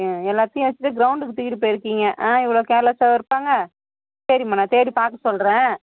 ம் எல்லாத்தேயும் வச்சிட்டு கிரௌண்டுக்கு தூக்கிட்டு போயிருக்கீங்க ஆ இவ்வளோ கேர்லெஸ்ஸாகவா இருப்பாங்க சரிம்மா நான் தேடி பார்க்க சொல்கிறேன்